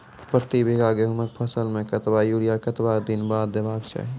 प्रति बीघा गेहूँमक फसल मे कतबा यूरिया कतवा दिनऽक बाद देवाक चाही?